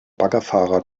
baggerfahrer